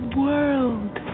world